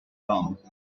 run